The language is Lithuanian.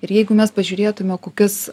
ir jeigu mes pažiūrėtume kokias